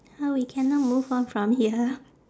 how we cannot move on from here